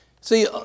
see